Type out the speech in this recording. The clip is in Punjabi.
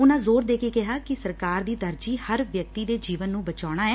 ਉਨ੍ਹਾ ਜੋਰ ਦੇ ਕੇ ਕਿਹਾ ਕਿ ਸਰਕਾਰ ਦੀ ਤਰਜੀਹ ਹਰ ਵਿਅਕਤੀ ਦੇ ਜੀਵਨ ਨੂੰ ਬਚਾਉਣਾ ਐ